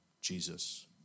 Jesus